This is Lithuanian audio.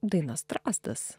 daina strazdas